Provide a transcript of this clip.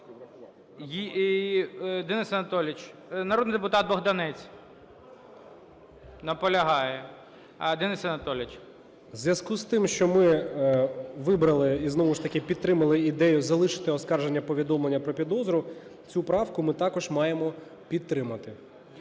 Денис Анатолійович… Народний депутат Богданець. Наполягає. Денис Анатолійович. 13:59:17 МОНАСТИРСЬКИЙ Д.А. В зв'язку з тим, що ми вибрали і знову ж таки підтримали ідею залишити оскарження повідомлення про підозру, цю правку ми також маємо підтримати.